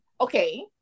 Okay